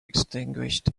extinguished